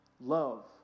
Love